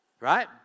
right